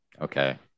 okay